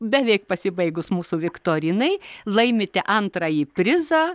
beveik pasibaigus mūsų viktorinai laimite antrąjį prizą